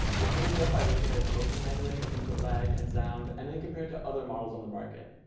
we'll finish up by looking at it's motion handling, input lag, and sound, and then compare to other models on the market.